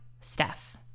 Steph